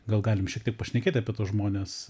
gal galim šiek tiek pašnekėt apie tuos žmones